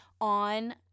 on